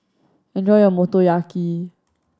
enjoy your Motoyaki